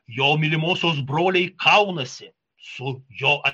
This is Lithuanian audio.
jo mylimosios broliai kaunasi su jo